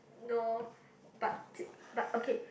no but but okay